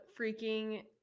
freaking